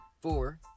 Four